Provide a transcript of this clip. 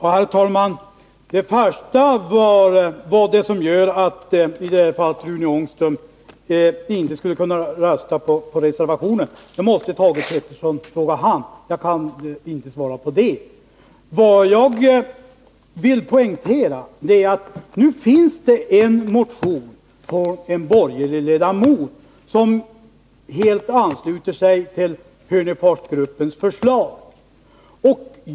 Herr talman! Varför t.ex. Rune Ångström inte skulle kunna rösta på reservationen måste Thage Peterson fråga honom — det kan jag inte svara på. Vad jag vill poängtera är att nu finns det en motion från en borgerlig ledamot som helt ansluter sig till Hörneforsgruppens förslag.